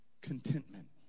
contentment